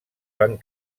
van